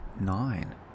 nine